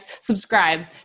Subscribe